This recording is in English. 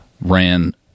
ran